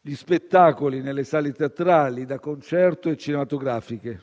gli spettacoli nelle sale teatrali, da concerto e cinematografiche.